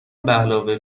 بعلاوه